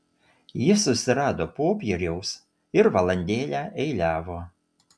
jis susirado popieriaus ir valandėlę eiliavo